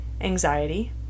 anxiety